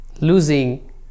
losing